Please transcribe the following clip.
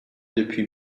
depuis